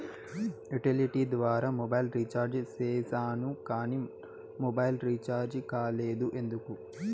Utility ద్వారా mobile recharge సేసాను కానీ నా మొబైల్ రీచార్జి కాలేదు ఎందుకు?